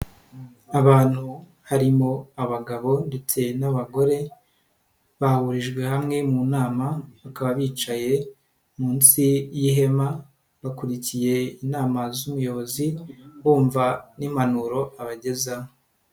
Abantu harimo abagabo ndetse n'abagore, bahurijwe hamwe mu nama, bakaba bicaye munsi y'ihema, bakurikiye inama z'umuyobozi, bumva n'impanuro abagezaho.